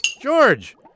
George